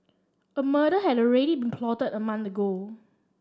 a murder had already been plotted a month ago